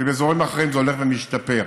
ובאזורים אחרים זה הולך ומשתפר,